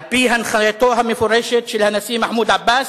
על-פי הנחייתו המפורשת של הנשיא מחמוד עבאס,